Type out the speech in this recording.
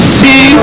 see